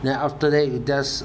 then after that you just